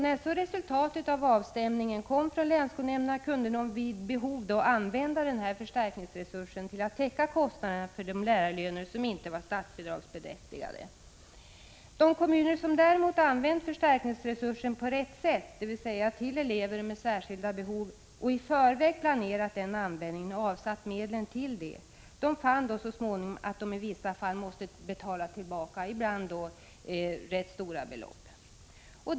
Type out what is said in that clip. När resultatet av avstämningen kom från länsskolnämnderna kunde de vid behov använda förstärkningsresursen till att täcka kostnaderna för de lärarlöner som inte var statsbidragsberättigade. De kommuner som däremot använt förstärkningsresursen på rätt sätt, dvs. till elever med särskilda behov och i förväg planerat den användningen och avsatt medlen till det, fann så småningom att de i vissa fall måste betala tillbaka, ibland rätt stora belopp.